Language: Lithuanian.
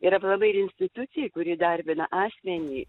ir aplamai ir institucijai kuri darbina asmenį